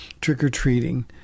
trick-or-treating